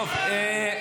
איבדתם את זה.